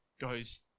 goes